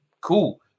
cool